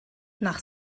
nach